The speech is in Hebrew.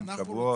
שבועות?